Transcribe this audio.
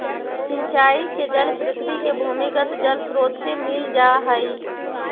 सिंचाई के जल पृथ्वी के भूमिगत जलस्रोत से मिल जा हइ